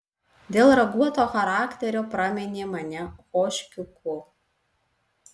dėl raguoto charakterio praminė mane ožkiuku